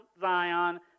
Zion